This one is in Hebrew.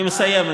אני מסיים.